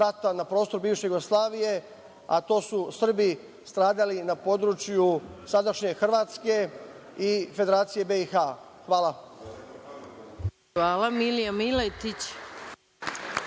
rata na prostoru bivše Jugoslavije, a to su Srbi stradali na području sadašnje Hrvatske i Federacije BiH. Hvala. **Maja Gojković**